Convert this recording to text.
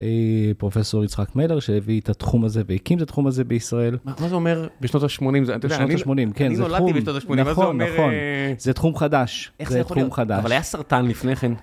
פרופסור יצחק מלר שהביא את התחום הזה והקים את התחום הזה בישראל. מה זה אומר? בשנות ה-80, זה שנות ה-80, כן, זה תחום, אני נולדתי בשנות ה-80, נכון, נכון. זה תחום חדש, איך זה יכול להיות, זה תחום חדש. אבל היה סרטן לפני כן.